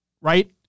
Right